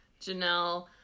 Janelle